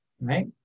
right